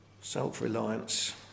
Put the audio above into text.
Self-reliance